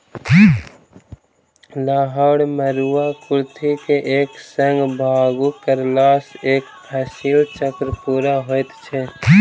राहैड़, मरूआ, कुर्थी के एक संग बागु करलासॅ एक फसिल चक्र पूरा होइत छै